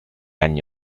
anni